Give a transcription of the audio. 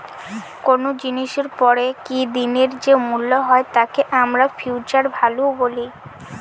কোনো জিনিসের পরে কি দিনের যে মূল্য হয় তাকে আমরা ফিউচার ভ্যালু বলি